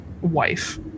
wife